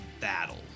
battle